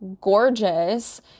gorgeous